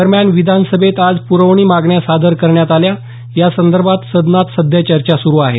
दरम्यान विधानसभेत आज पुरवणी मागण्या सादर करण्यात आल्या यासंदर्भात सदनात सध्या चर्चा सुरू आहे